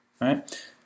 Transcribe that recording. right